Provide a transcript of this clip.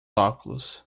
óculos